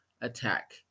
attack